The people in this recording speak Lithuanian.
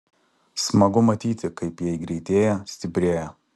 smagu matyti kaip jei greitėja stiprėja